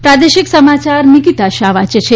પ્રાદેશિક સમાચાર નિકિતા શાહ વાંચે છે